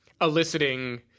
eliciting